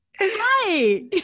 Hi